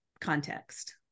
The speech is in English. context